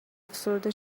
افسرده